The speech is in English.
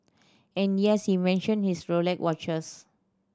and yes he mention his Rolex watches